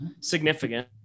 significant